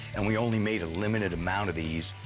and we only made a limited amount of these.